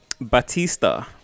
Batista